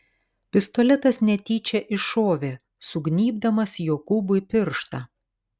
pistoletas netyčia iššovė sugnybdamas jokūbui pirštą